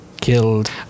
killed